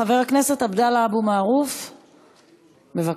חבר הכנסת עבדאללה אבו מערוף, בבקשה,